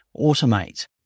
automate